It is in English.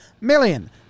million